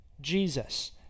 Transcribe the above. Jesus